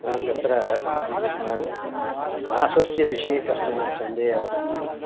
हा तत्र मासस्य विषये कश्चन सन्देहः अस्ति